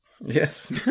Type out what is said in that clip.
Yes